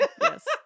Yes